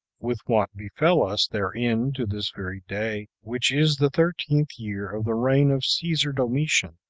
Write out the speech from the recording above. with what befell us therein to this very day, which is the thirteenth year of the reign of caesar domitian,